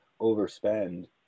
overspend